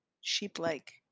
sheep-like